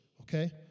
okay